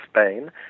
Spain